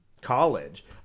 college